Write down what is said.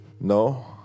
no